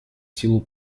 силу